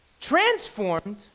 transformed